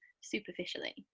superficially